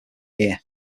year